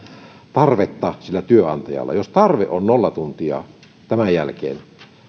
tarvetta sillä työnantajalla jos tarve on nolla tuntia tämän jälkeen